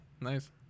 nice